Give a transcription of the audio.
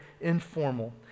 informal